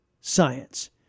science